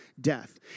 death